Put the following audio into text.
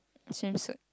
censored